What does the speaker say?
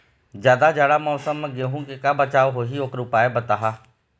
जादा जाड़ा मौसम म गेहूं के का बचाव होही ओकर उपाय बताहा?